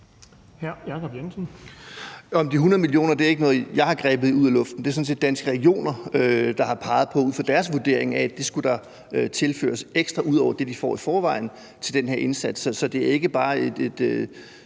(V): Jo, men de 100 mio. kr. er ikke noget, jeg har grebet ud af luften, det er sådan set Danske Regioner, der ud fra deres vurdering har peget på, at det skulle der tilføres ekstra ud over det, de får i forvejen til den her indsats. Så det er ikke bare et